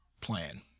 plan